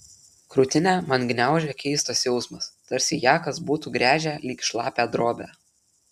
krūtinę man gniaužė keistas jausmas tarsi ją kas būtų gręžę lyg šlapią drobę